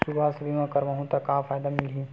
सुवास्थ बीमा करवाहू त का फ़ायदा मिलही?